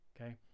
Okay